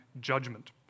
judgment